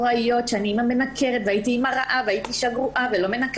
שאני אימא מנכרת והייתי אימא גרועה והייתי אישה גרועה ולא מנקה